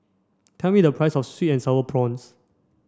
tell me the price of sweet and sour prawns